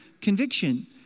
conviction